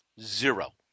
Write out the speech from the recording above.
Zero